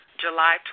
July